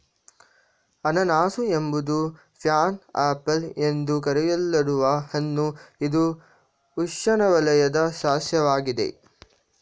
ಅನನಾಸು ಎಂಬುದು pineapple ಎಂದು ಕರೆಯಲ್ಪಡುವ ಹಣ್ಣು ಇದು ಉಷ್ಣವಲಯದ ಸಸ್ಯವಾಗಿದೆ